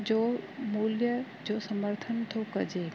जो मूल्य जो समर्थन थो कजे